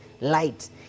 light